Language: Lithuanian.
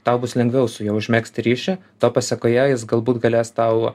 tau bus lengviau su juo užmegzti ryšį to pasekoje jis galbūt galės tau